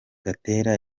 gatera